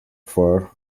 from